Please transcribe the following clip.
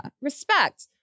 respect